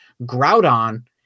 Groudon